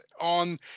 on